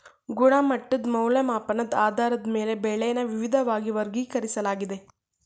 ಗುಣಮಟ್ಟದ್ ಮೌಲ್ಯಮಾಪನದ್ ಆಧಾರದ ಮೇಲೆ ಬೆಳೆನ ವಿವಿದ್ವಾಗಿ ವರ್ಗೀಕರಿಸ್ಲಾಗಿದೆ